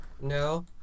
No